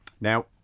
Now